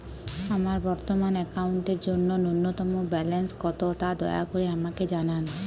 আমার বর্তমান অ্যাকাউন্টের জন্য ন্যূনতম ব্যালেন্স কত তা দয়া করে আমাকে জানান